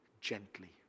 gently